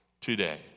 today